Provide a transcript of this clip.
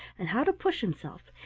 and how to push himself,